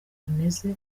bimeze